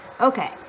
Okay